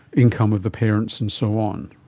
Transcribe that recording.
income of the parents and so on.